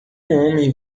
homem